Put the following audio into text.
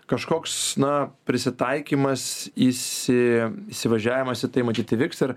kažkoks na prisitaikymas isi įsivažiavimas į tai matyt įvyks ir